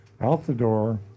Out-the-door